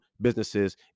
businesses